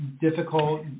difficult